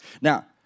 Now